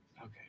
Okay